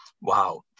wow